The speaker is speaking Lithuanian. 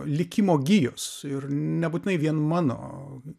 likimo gijos ir nebūtinai vien mano